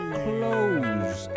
clothes